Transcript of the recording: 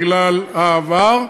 בגלל העבר,